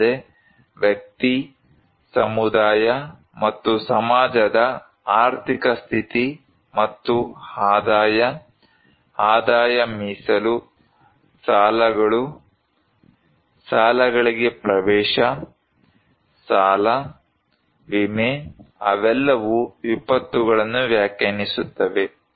ಅಲ್ಲದೆ ವ್ಯಕ್ತಿ ಸಮುದಾಯ ಮತ್ತು ಸಮಾಜದ ಆರ್ಥಿಕ ಸ್ಥಿತಿ ಮತ್ತು ಆದಾಯ ಆದಾಯ ಮೀಸಲು ಸಾಲಗಳು ಸಾಲಗಳಿಗೆ ಪ್ರವೇಶ ಸಾಲ ವಿಮೆ ಅವೆಲ್ಲವೂ ವಿಪತ್ತುಗಳನ್ನು ವ್ಯಾಖ್ಯಾನಿಸುತ್ತವೆ